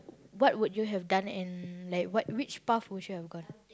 what would you have done and like which path would you have gone